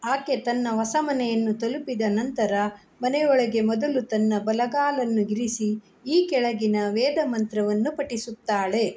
ಆಕೆ ತನ್ನ ಹೊಸ ಮನೆಯನ್ನು ತಲುಪಿದ ನಂತರ ಮನೆಯೊಳಗೆ ಮೊದಲು ತನ್ನ ಬಲಗಾಲನ್ನು ಇರಿಸಿ ಈ ಕೆಳಗಿನ ವೇದ ಮಂತ್ರವನ್ನು ಪಠಿಸುತ್ತಾಳೆ